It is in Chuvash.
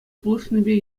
пулӑшнипе